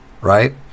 right